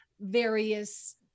various